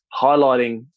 highlighting